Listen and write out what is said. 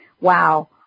wow